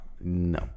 No